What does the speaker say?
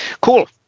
Cool